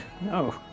No